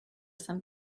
some